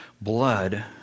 blood